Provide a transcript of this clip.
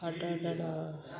ಆಟ ಆಡೋಣ